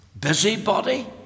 busybody